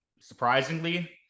surprisingly